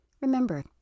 remember